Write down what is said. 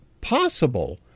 possible